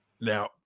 Now